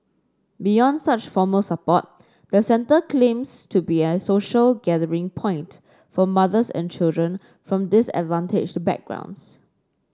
beyond such formal support the centre to be a social gathering point for mothers and children from disadvantaged backgrounds